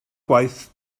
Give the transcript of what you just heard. gwaith